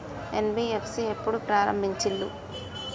NBFC ఎప్పుడు ప్రారంభించిల్లు?